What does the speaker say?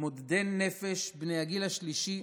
מתמודדי נפש בני הגיל השלישי,